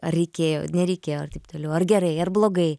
ar reikėjo nereikėjo ir taip toliau ar gerai ar blogai